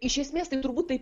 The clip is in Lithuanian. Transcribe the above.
iš esmės tai turbūt taip